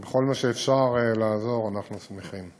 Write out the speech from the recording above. בכל מה שאפשר לעזור אנחנו שמחים.